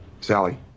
Sally